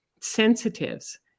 sensitives